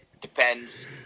Depends